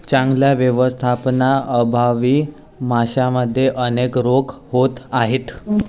चांगल्या व्यवस्थापनाअभावी माशांमध्ये अनेक रोग होत आहेत